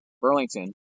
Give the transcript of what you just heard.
Burlington